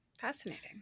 Fascinating